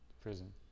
prison